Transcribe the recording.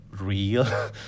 real